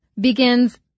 begins